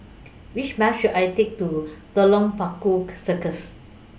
Which Bus should I Take to Telok Paku Circus